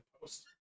post